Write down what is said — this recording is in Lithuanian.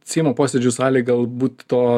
seimo posėdžių salėj galbūt to